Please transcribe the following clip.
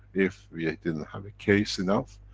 if we didn't have a case enough,